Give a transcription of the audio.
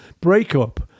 breakup